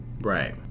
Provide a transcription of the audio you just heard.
Right